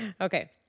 Okay